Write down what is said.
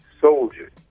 soldiers